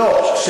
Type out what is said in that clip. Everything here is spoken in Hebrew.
לא.